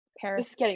Paris